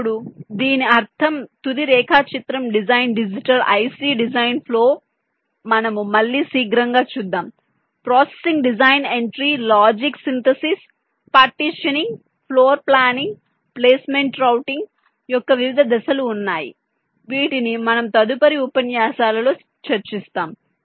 ఇప్పుడు దీని అర్థం తుది రేఖాచిత్రం design digital IC design flow మనం మళ్ళీ శీఘ్రంగా చూద్దాం processing design entry logic synthesis partitioning floor planning placement routing యొక్క వివిధ దశలు ఉన్నాయి వీటిని మనం తదుపరి ఉపన్యాసాలలో చర్చిస్తాము